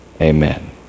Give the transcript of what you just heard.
amen